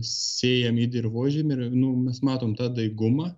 sėjame į dirvožemį ir nu mes matom tą daigumą